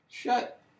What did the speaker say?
shut